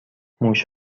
موش